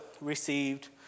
received